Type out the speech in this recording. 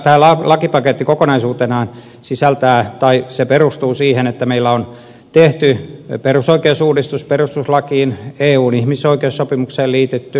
tämä lakipaketti kokonaisuutena perustuu siihen että meillä on tehty perusoikeusuudistus perustuslakiin eun ihmisoikeussopimukseen liitytty